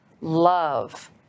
Love